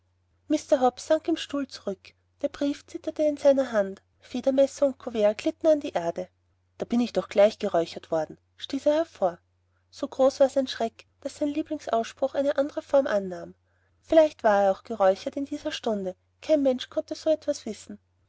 sank in seinen stuhl zurück der brief zitterte in seiner hand federmesser und couvert glitten an die erde da bin ich doch gleich geräuchert worden stieß er hervor so groß war sein schreck daß sein lieblingsausspruch eine andre form annahm vielleicht war er auch geräuchert in dieser stunde kein mensch kann so etwas wissen